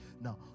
now